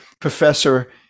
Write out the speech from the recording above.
professor